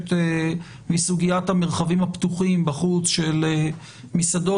נוספת שהיא סוגיית המרחבים הפתוחים בחוץ של מסעדות